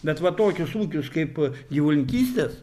bet va tokius ūkius kaip gyvūlininkystės